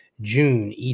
June